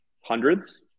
hundreds